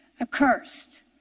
Accursed